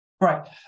Right